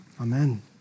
Amen